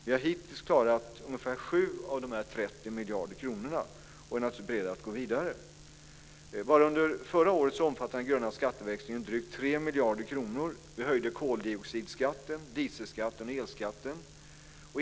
Vi har hittills klarat ungefär 7 av de här 30 miljarder kronorna, och vi är naturligtvis beredda att gå vidare. Bara under förra året omfattade den gröna skatteväxlingen drygt 3 miljarder kronor. Vi höjde koldioxidskatten, dieselskatten och elskatten.